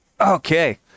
Okay